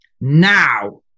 Now